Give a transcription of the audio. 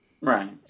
Right